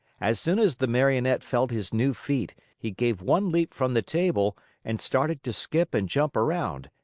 as soon as the marionette felt his new feet, he gave one leap from the table and started to skip and jump around,